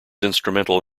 instrumental